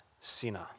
sinner